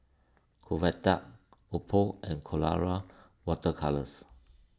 Convatec Oppo and Colora Water Colours